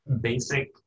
basic